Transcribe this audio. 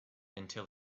until